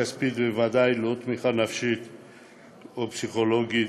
כספית בוודאי, וגם לא תמיכה נפשית או פסיכולוגית.